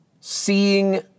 seeing